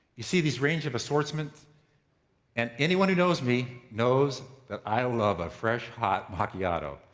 you see these range of assortments and anyone who knows me knows that i love a fresh hot macchiato.